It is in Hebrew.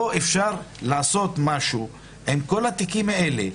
אפשר לעשות משהו עם כל התיקים האלה.